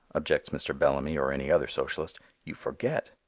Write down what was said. objects mr. bellamy or any other socialist, you forget.